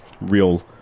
real